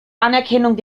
anerkennung